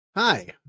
Hi